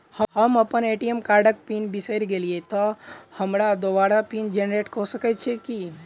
हम अप्पन ए.टी.एम कार्डक पिन बिसैर गेलियै तऽ हमरा दोबारा पिन जेनरेट कऽ सकैत छी की?